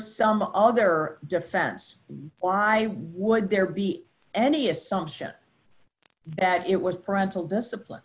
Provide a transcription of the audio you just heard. some other defense why would there be any assumption that it was parental discipline